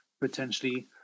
potentially